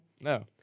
No